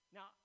Now